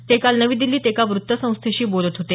ते काल नवी दिछीत एका व्त्तसंस्थेशी बोलत होते